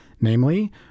namely